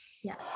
yes